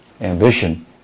ambition